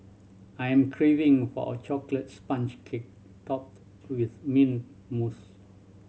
I am craving for a chocolate sponge cake topped with mint mousse